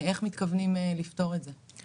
איך מתכוונים לפתור את זה?